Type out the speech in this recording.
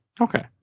Okay